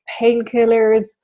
painkillers